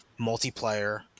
multiplayer